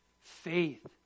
faith